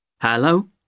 Hello